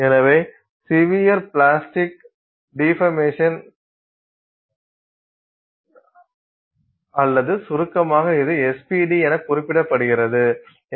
எனவே severe plastic deformation அல்லது சுருக்கமாக இது SPD என குறிப்பிடப்படுகிறது